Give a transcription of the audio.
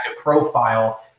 profile